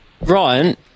Ryan